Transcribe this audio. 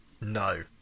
no